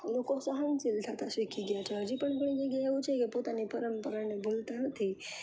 લોકો સહનશીલ થતા શીખી ગયાં છે હજી પણ ઘણી જગ્યાએ એવું છે કે લોકો પોતાની પરંપરાને ભૂલતાં નથી